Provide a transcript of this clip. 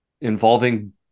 involving